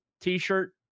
t-shirt